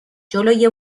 جلوی